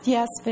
Yes